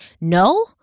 no